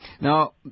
Now